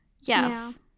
Yes